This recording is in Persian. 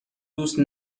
دوست